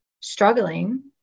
struggling